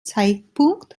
zeitpunkt